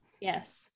Yes